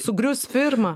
sugrius firma